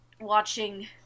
watching